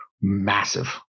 massive